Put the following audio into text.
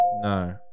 No